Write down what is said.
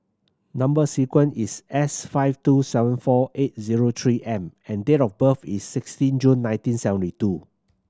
number sequence is S five two seven four eight zero Three M and date of birth is sixteen June nineteen seventy two